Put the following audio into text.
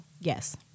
Yes